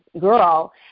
girl